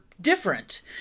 different